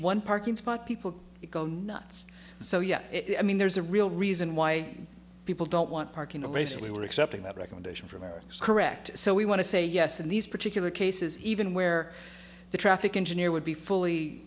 one parking spot people go nuts so yeah i mean there's a real reason why people don't want parking a race we were accepting that recommendation for america's correct so we want to say yes in these particular cases even where the traffic engineer would be fully